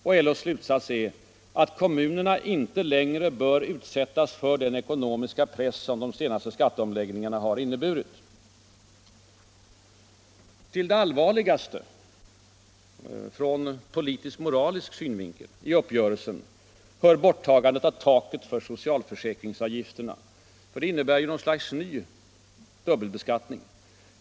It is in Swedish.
Och LO:s slutsats är att kommunerna ”inte längre bör utsättas för den ekonomiska press som de senaste skatteomläggningarna inneburit”. Till det från politisk-moralisk synpunkt allvarligaste i uppgörelsen hör borttagandet av taket för socialförsäkringsavgifterna; det innebär något slags ny dubbelbeskattning.